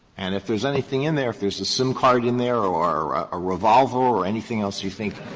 and if there's anything in there, if there's a sim card in there or a revolver or anything else you think